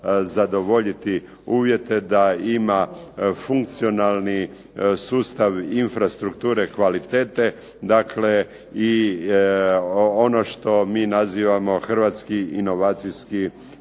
zadovoljiti uvjete da ima funkcionalni sustav infrastrukture kvalitete. Dakle, i ono što mi nazivamo hrvatski inovacijski